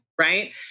right